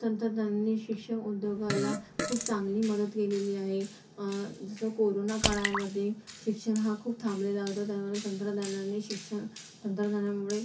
तंत्रज्ञानाने शिक्षण उद्योगाला खूप चांगली मदत केलेली आहे जसं कोरोना काळामध्ये शिक्षण हा खूप थांबलेला होता त्यामुळे तंत्रज्ञानाने शिक्षण तंत्रज्ञानामुळे